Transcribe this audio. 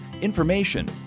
information